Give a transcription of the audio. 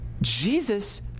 Jesus